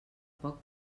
poc